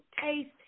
taste